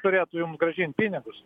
turėtų jums grąžint pinigus